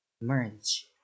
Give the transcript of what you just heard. Merge